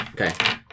Okay